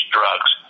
drugs